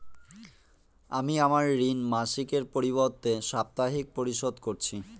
আমি আমার ঋণ মাসিকের পরিবর্তে সাপ্তাহিক পরিশোধ করছি